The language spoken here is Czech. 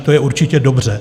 To je určitě dobře.